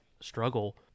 struggle